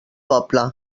poble